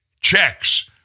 checks